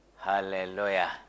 Hallelujah